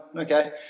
Okay